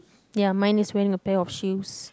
ya mine is wearing a pair of shoes